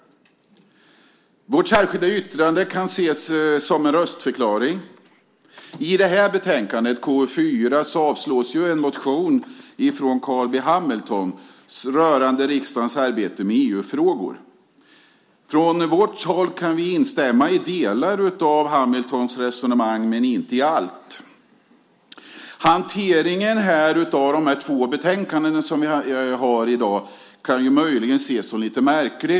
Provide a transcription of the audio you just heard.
Vårt särskilda yttrande kan ses som en röstförklaring. I betänkandet KU4 avslås ju en motion från Carl B Hamilton rörande riksdagens arbete med EU-frågor. Vi kan från vårt håll instämma i delar av Hamiltons resonemang, men inte i allt. Hanteringen av dagens två betänkanden kan möjligen ses som lite märklig.